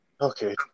Okay